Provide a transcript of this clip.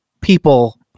people